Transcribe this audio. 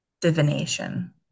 divination